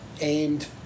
aimed